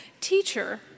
teacher